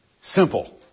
simple